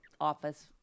office